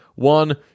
One